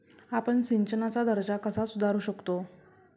आपण सिंचनाचा दर्जा कसा सुधारू शकतो?